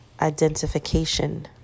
identification